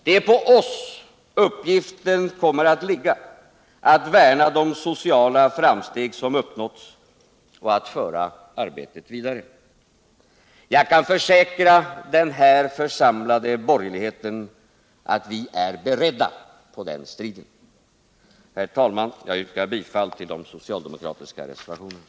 Det är på oss uppgiften kommer att ligga att värna de sociala framsteg som uppnåtts och att föra arbetet vidare. Jag kan försäkra den här församlade borgerligheten att vi är beredda på den striden. Herr talman! Jag yrkar bifall till de socialdemokratiska reservationerna.